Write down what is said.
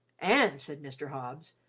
and, said mr. hobbs,